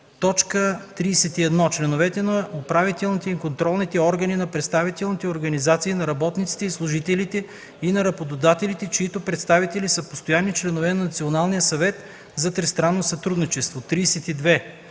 – 39: „31. членовете на управителните и контролните органи на представителните организации на работниците и служителите и на работодателите, чиито представители са постоянни членове на Националния съвет за тристранно сътрудничество; 32.